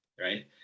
Right